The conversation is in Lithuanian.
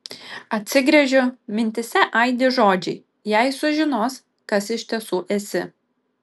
atsigręžiu mintyse aidi žodžiai jei sužinos kas iš tiesų esi